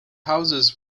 houses